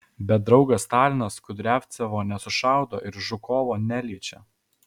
bet draugas stalinas kudriavcevo nesušaudo ir žukovo neliečia